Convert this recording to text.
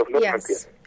Yes